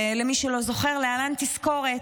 ולמי שלא זוכר, להלן תזכורת: